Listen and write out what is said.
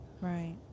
Right